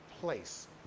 place